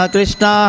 Krishna